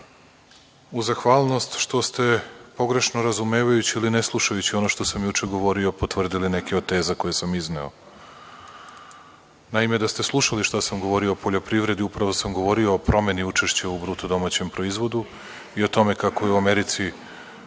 uz zahvalnost što ste, pogrešno razumevajući ili ne slušajući ono što sam juče govorio, potvrdili neke od teza koje sam izneo. Naime, da ste slušali šta sam govorio o poljoprivredi, upravo sam govorio o promeni učešća u BDP i o tome kako je u Americi